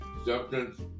acceptance